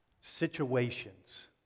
situations